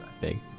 big